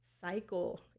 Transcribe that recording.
cycle